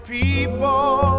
people